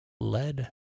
Lead